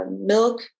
milk